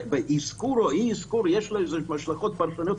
שבאזכור או באי אזכור יש השלכות פרטניות,